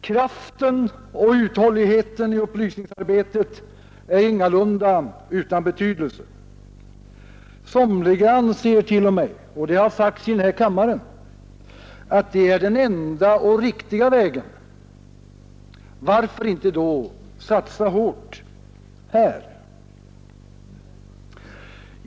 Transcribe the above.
Kraften och uthålligheten i upplysningsarbetet är ingalunda utan betydelse. Somliga anser t.o.m. — det har sagts i denna kammare — att det är den riktiga och enda vägen. Varför då inte satsa hårt här?